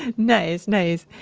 and nice, nice.